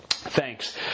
thanks